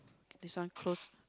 this one close